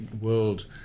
world